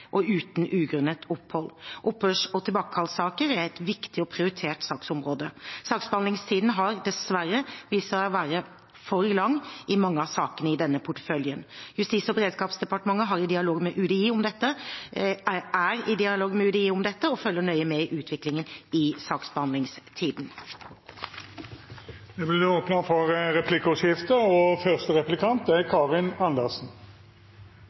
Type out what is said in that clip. og uten ugrunnet opphold. Opphørs- og tilbakekallssaker er et viktig og prioritert saksområde. Saksbehandlingstiden har dessverre vist seg å være for lang i mange av sakene i denne porteføljen. Justis- og beredskapsdepartementet er i dialog med UDI om dette og følger nøye med på utviklingen i saksbehandlingstiden. Det vert replikkordskifte. Når FN sier til Stortinget at rimelighetsvilkåret er